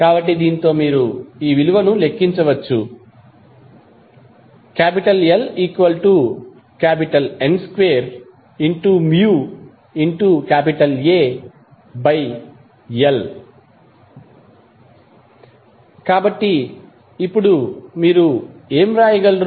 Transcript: కాబట్టి దీనితో మీరు ఈ విలువను లెక్కించవచ్చు LN2μAl కాబట్టి ఇప్పుడు మీరు ఏమి వ్రాయగలరు